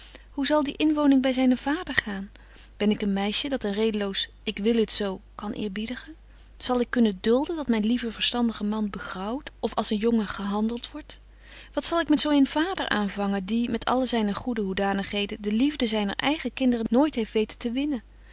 hoe zal die inwoning by zynen vader gaan ben ik een meisje dat een redeloos ik wil het zo kan eerbiedigen zal ik kunnen dulden dat myn lieve verstandige man begraauwt of als een jongen gehandelt wordt wat zal ik met zo een vader aanvangen die met alle zyne goede hoedanigheden de liefde zyner eigen kinderen nooit heeft weten te winnen